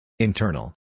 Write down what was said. Internal